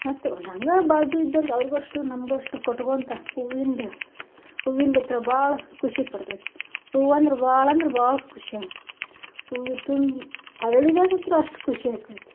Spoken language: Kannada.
ಮತ್ತೆ ಒಂದು ಹಂಗೆ ಬಾಜು ಇದ್ದವ್ರ್ಗೆ ಅವ್ರ್ಗಷ್ಟು ನಮ್ಗಷ್ಟು ಕೊಟ್ಕೊತಾ ಹೂವಿಂದ ಹೂವಿಂದ ಹತ್ರ ಭಾಳ ಖುಷಿ ಕೊಡ್ತೈತಿ ಹೂವಂದ್ರೆ ಭಾಳ ಅಂದ್ರೆ ಭಾಳ ಖುಷಿಯ ಹೂವ ತುಂಬ ಅರಳಿದಾಗಂತ್ರು ಅಷ್ಟು ಖುಷಿ ಆಕಾತಿ